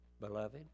beloved